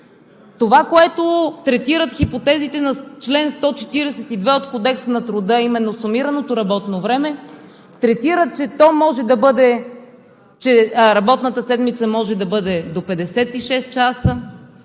Това, което третират хипотезите на чл. 142 от Кодекса на труда, а именно сумираното работно време, е, че работната седмица може да бъде до 56 часа,